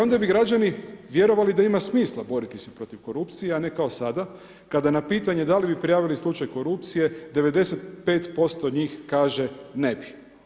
Onda bi građani vjerovali da ima smisla boriti se protiv korupcije, a ne kao sada, kada na pitanje da li bi prijavili slučaj korupcije 95% njih kaže ne bi.